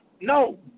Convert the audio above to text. No